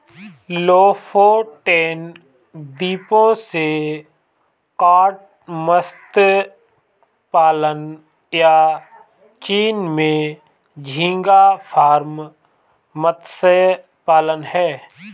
Lofoten द्वीपों से cod मत्स्य पालन, या चीन में झींगा फार्म मत्स्य पालन हैं